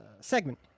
segment